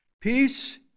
Peace